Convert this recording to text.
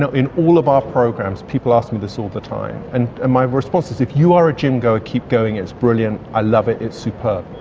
ah in all of our programs people ask me this all the time. and and my response is if you are a gym goer, keep going. it's brilliant. i love it. it's superb.